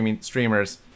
streamers